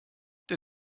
der